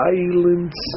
Silence